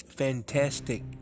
fantastic